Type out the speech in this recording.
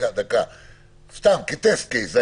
כטסט קייס,